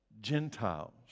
Gentiles